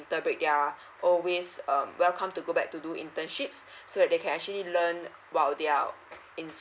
they are always um welcome to go back to do internships so that they can actually learn while they're in